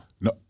No